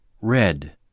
Red